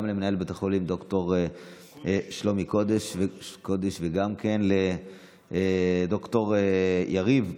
גם למנהל בית החולים ד"ר שלומי קודש וגם לד"ר יריב פרוכטמן,